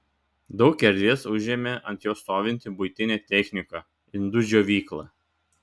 daug erdvės užėmė ant jo stovinti buitinė technika indų džiovykla